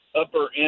upper-end